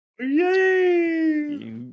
Yay